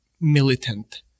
militant